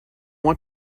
want